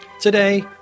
Today